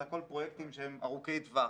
זה הכול פרויקטים שהם ארוכי טווח